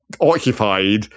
occupied